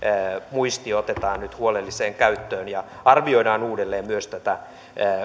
muistio otetaan nyt huolelliseen käyttöön ja arvioidaan uudelleen myös tätä